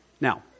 Now